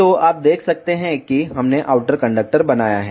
तो आप देख सकते हैं कि हमने आउटर कंडक्टर बनाया है